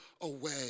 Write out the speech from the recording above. away